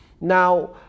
now